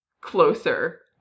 closer